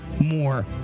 more